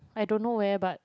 I don't know where but